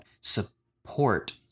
support